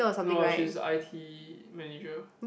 no she's a I_T manager